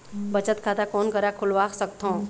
बचत खाता कोन करा खुलवा सकथौं?